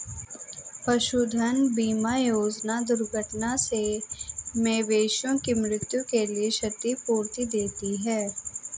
पशुधन बीमा योजना दुर्घटना से मवेशियों की मृत्यु के लिए क्षतिपूर्ति देती है